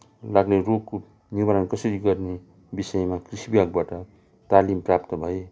लाग्ने रोगको निवारण कसरी गर्ने बिषयमा कृषि बिभागबाट तालिम प्राप्त भए